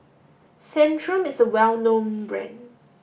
Centrum is a well known brand